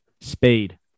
Speed